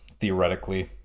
theoretically